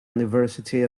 university